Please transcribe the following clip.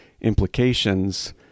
implications